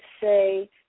say